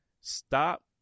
Stop